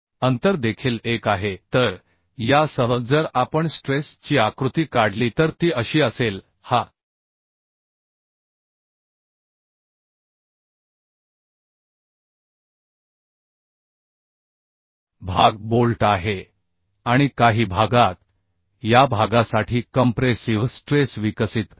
तर हे अंतर देखील एक आहे तर यासह जर आपण स्ट्रेस ची आकृती काढली तर ती अशी असेल हा भाग बोल्ट आहे आणि काही भागात या भागासाठी कंप्रेसिव्ह स्ट्रेस विकसित